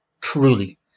truly